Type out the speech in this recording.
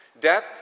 Death